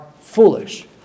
foolish